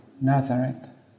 Nazareth